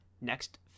next